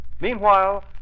Meanwhile